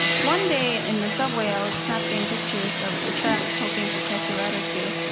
one day, in the subway, i was snapping pictures of the tracks hoping to catch a rat or two,